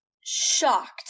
shocked